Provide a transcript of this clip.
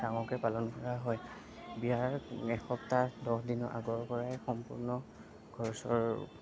ডাঙৰকৈ পালন কৰা হয় বিয়াৰ এসপ্তাহ দহদিনৰ আগৰপৰাই সম্পূৰ্ণ ঘৰ চৰ